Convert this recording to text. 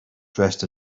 dressed